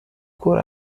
کور